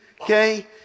Okay